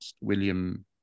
William